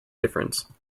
difference